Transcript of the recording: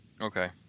Okay